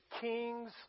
king's